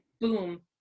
boom